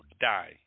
die